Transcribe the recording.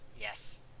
Yes